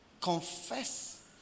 Confess